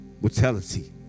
Mortality